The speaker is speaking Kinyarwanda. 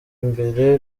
imbere